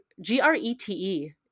G-R-E-T-E